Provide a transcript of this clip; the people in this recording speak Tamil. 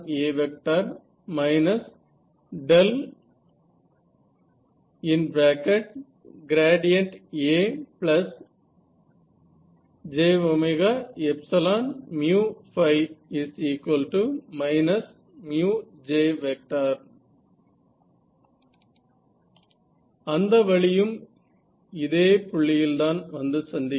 A j J அந்த வழியும் இதே புள்ளியில்தான் வந்து சந்திக்கும்